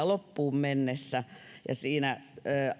loppuun mennessä ja siinä